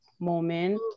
moment